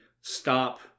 stop